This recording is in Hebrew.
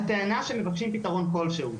הטענה שמבקשים פתרון כלשהו.